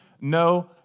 no